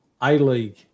A-League